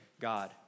God